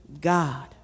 God